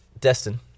Destin